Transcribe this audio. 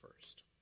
first